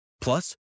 Plus